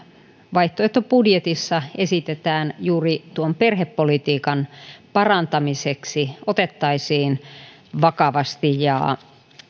vaihtoehtobudjetissa esitetään juuri perhepolitiikan parantamiseksi otettaisiin vakavasti ja